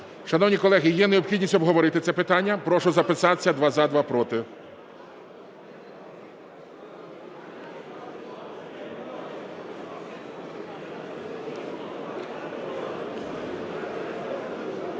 Шановні колеги, є необхідність обговорити це питання? Прошу записатися: два – за, два – проти.